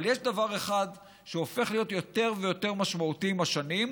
אבל יש דבר אחד שהופך להיות יותר ויותר משמעותי עם השנים,